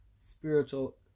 spiritual